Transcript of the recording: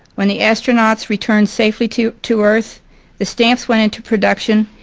when the astronauts returned safely to to earth the stamps went into production,